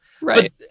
Right